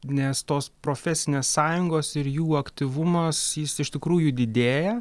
nes tos profesinės sąjungos ir jų aktyvumas jis iš tikrųjų didėja